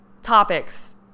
Topics